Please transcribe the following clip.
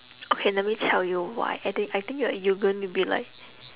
okay let me tell you why I think I think you're you gonna be like